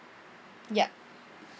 yup